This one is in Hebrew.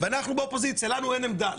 ואנחנו באופוזיציה אין עמדה.